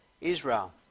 Israel